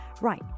Right